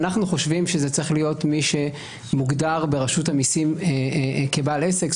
אנחנו חושבים שזה צריך להיות מי שמוגדר ברשות המסים כבעל עסק.